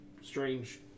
strange